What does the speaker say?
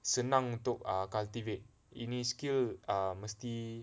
senang untuk err cultivate ini skill err mesti